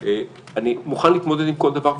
אני מוכן להתמודד עם כל דבר.